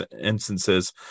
instances